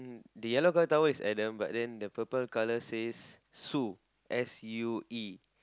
the yellow colour towel is Adam but then the purple colour says Sue S U E